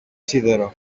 σίδερο